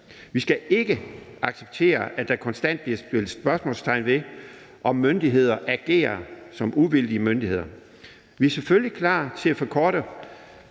Vi skal ikke acceptere, at der konstant bliver sat spørgsmålstegn ved, om myndigheder agerer som uvildige myndigheder. Vi er selvfølgelig klar til en konkret